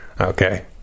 Okay